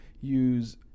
use